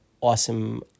awesome